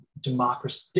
democracy